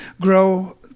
grow